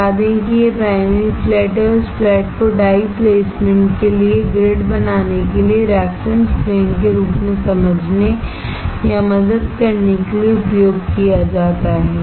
बता दें कि यह प्राइमरी फ्लैट है और इस फ्लैट को डाई प्लेसमेंट के लिए ग्रिड बनाने के लिए रेफरेंस प्लेन के रूप में समझने या मदद करने के लिए उपयोग किया जाता है